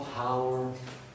power